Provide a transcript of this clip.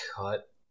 cut